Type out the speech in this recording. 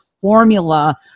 formula